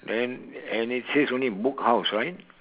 then and it says only book house right